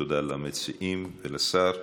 תודה למציעים ולשר.